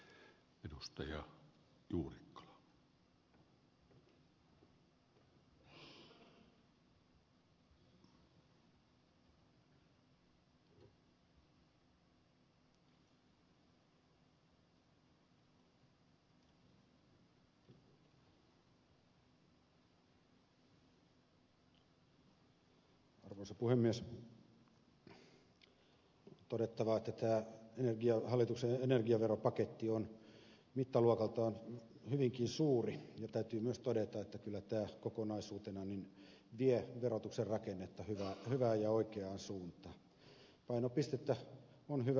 on todettava että tämä hallituksen energiaveropaketti on mittaluokaltaan hyvinkin suuri ja täytyy myös todeta että kyllä tämä kokonaisuutena vie verotuksen rakennetta hyvään ja oikeaan suuntaan